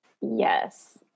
Yes